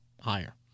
higher